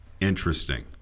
Interesting